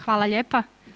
Hvala lijepa.